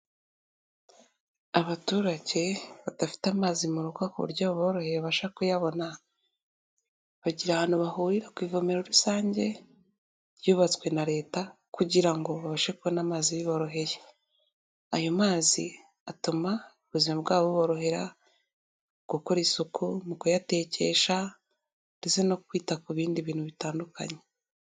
Abaturage badafite amazi mu rugo ku buryo boroheye babasha kuyabona. Bagira ahantu bahurira ku ivomero rusange ryubatswe na leta kugirango ngo babashe kubona amazi biboroheye. Ayo mazi atuma ubuzima bwabo buborohera mu gukora isuku, mu kuyatekesha ndetse no kwita ku bindi bintu bitandukanye.